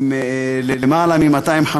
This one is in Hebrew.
עם למעלה מ-250